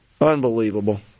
Unbelievable